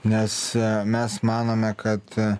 nes mes manome kad